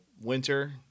winter –